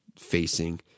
facing